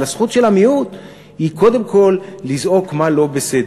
אבל הזכות של המיעוט היא קודם כול לזעוק מה לא בסדר,